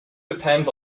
depends